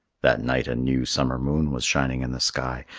that night a new summer moon was shining in the sky,